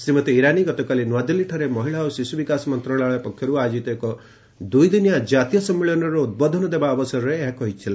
ଶ୍ରୀମତୀ ଇରାନୀ ଗତକାଲି ନ୍ତଆଦିଲ୍ଲୀଠାରେ ମହିଳା ଓ ଶିଶୁ ବିକାଶ ମନ୍ତ୍ରଣାଳୟ ପକ୍ଷରୁ ଆୟୋଜିତ ଏକ ଦୁଇ ଦିନିଆ ଜାତୀୟ ସମ୍ମିଳନୀରେ ଉଦ୍ବୋଧନ ଦେବା ଅବସରରେ ଏହା କହିଥିଲେ